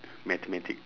mathematics